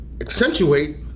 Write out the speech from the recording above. accentuate